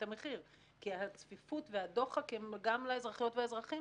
המחיר כי הצפיפות והדוחק הם גם לאזרחיות ולאזרחים,